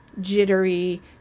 jittery